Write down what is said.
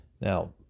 Now